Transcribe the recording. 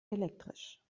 elektrisch